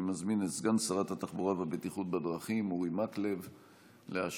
אני מזמין את סגן שרת התחבורה והבטיחות בדרכים אורי מקלב להשיב,